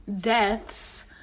deaths